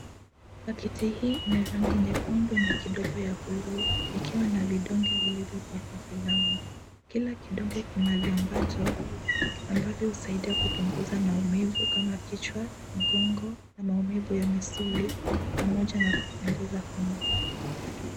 Pakiti hii ina rangi nyekundu na kidogo ya buluu ikiwa na vidonge vilivyopakwa filamu. Kila kidonge kina viambato ambavyo husaidia kupunguza maumivu kama ya kichwa, mgongo na maumivu ya misuli pamoja na kupunguza homa.